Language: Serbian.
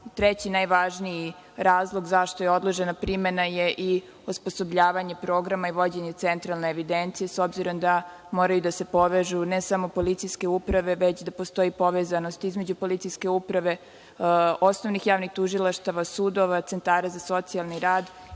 Treći, najvažniji razlog zašto je odložena primena je i osposobljavanje programa i vođenje centralne evidencije, s obzirom da moraju da se povežu, ne samo policijske uprave, već da postoji povezanost između policijske uprave, osnovnih javnih tužilaštava, sudova, centara za socijalni rad